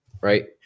right